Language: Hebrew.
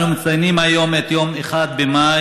אנו מציינים היום את 1 במאי,